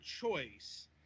choice